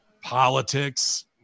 politics